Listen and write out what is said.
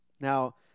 Now